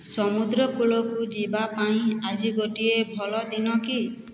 ସମୁଦ୍ରକୂଳକୁ ଯିବା ପାଇଁ ଆଜି ଗୋଟିଏ ଭଲ ଦିନ କି